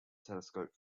telescope